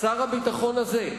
שר הביטחון הזה,